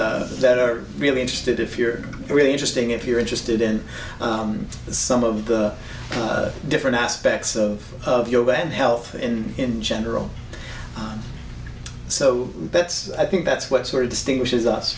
that are really interested if you're really interesting if you're interested in some of the different aspects of your band health and in general so that's i think that's what sort of distinguishes us